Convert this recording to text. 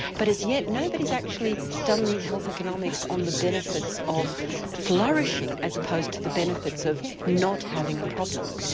but as yet nobody has actually done the health economics on the benefits of flourishing as opposed to the benefits of not having a problem.